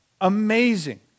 Amazing